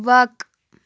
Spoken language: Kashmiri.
وَق